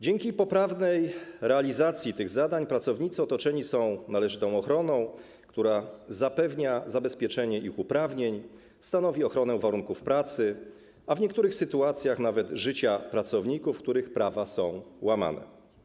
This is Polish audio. Dzięki poprawnej realizacji tych zadań pracownicy otoczeni są należytą ochroną, która zapewnia zabezpieczenie ich uprawnień, stanowi ochronę warunków pracy, a w niektórych sytuacjach nawet życia pracowników, które prawa są łamane.